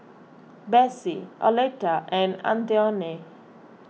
Besse Oleta and Antione